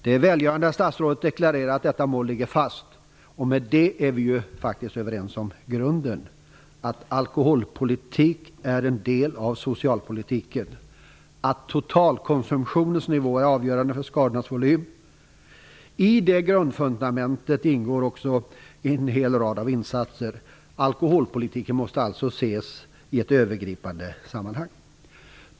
Det är välgörande att statsrådet deklarerar att detta mål ligger fast. Därmed är vi faktiskt överens om grunden: att alkoholpolitik är en del av socialpolitiken och att totalkonsumtionens nivå är avgörande för skadornas volym. I det grundfundamentet ingår också en hel rad insatser. Alkoholpolitiken måste alltså ses i ett övergripande sammanhang.